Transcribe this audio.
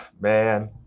man